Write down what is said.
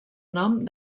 nom